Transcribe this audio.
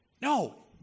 No